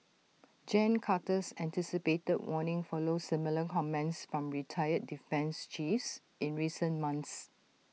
gen Carter's anticipated warning follows similar comments from retired defence chiefs in recent months